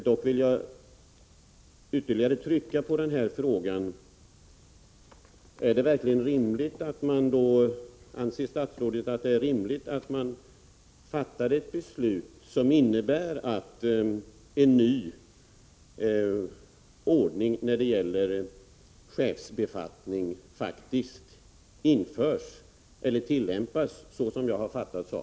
Dock vill jag ytterligare trycka på frågan: Anser statsrådet att det är rimligt att man, som jag har uppfattat saken, fattar ett beslut som innebär att en ny ordning i fråga om chefsbefattning faktiskt tillämpas?